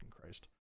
christ